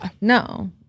no